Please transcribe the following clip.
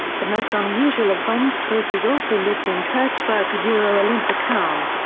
the most unusual of vonn's trophies also lives in kirchberg yeah ah olympe the cow.